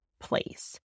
place